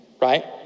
right